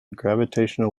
gravitational